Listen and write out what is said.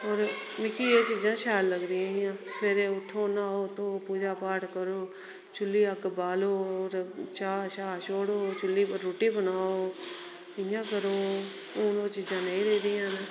मिकी एह् चीजां शैल लगदी हियां सबेरे उट्ठो न्हाओ धोवो पूजा पाठ करो चुल्ली अग्ग बाल्लो् चाह् शाह छोड़ो चुल्ली उप्पर रुट्टी बनाओ इयां करो हून ओह् चीजां नेई रेही दियां न